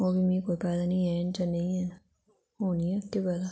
ओ बी मिगी कोई पता नेई ऐ कि हैन जां नेईं हैन होनी ऐ